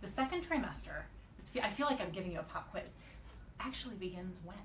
the second trimester i feel like i'm giving you a pop quiz actually begins when